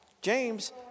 James